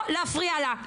לא להפריע לה.